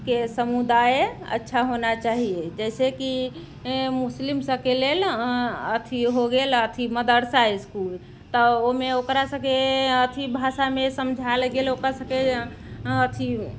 के समुदाय अच्छा होना चाहिए जैसेकि मुस्लिम सबके लेल अथी हो गेल अथी मदरसा इसकुल तऽ ओहिमे ओकर सबके अथी भाषामे समझायल गेल ओकरा सबकेंँ अथी